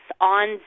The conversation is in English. on